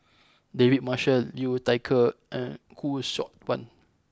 David Marshall Liu Thai Ker and Khoo Seok Wan